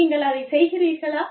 நீங்கள் அதைச் செய்கிறீர்களா